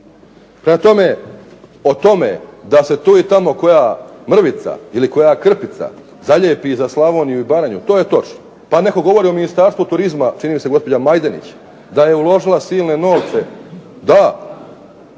tome, o tome da se tu i tamo koja mrvica ili koja krpica zalijepi za Slavoniju i Baranju, to je točno. Pa netko govori o Ministarstvu turizma, čini mi se gospođa Majdenić, da je uložila silne novce. Da,